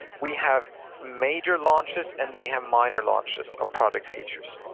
we have major launches and we have minor launches of product features.